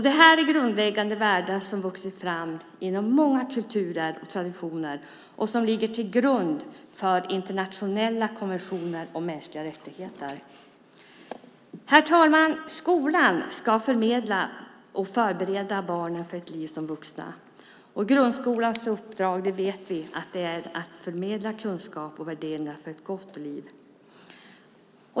Det är grundläggande värden som har vuxit fram inom många kulturer och traditioner och som ligger till grund för internationella konventioner om mänskliga rättigheter. Herr talman! Skolan ska förbereda barnen för ett liv som vuxna. Grundskolans uppdrag är - det vet vi - att förmedla kunskap och värderingar för ett gott liv.